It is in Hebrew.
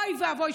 אוי ואבוי.